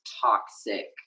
toxic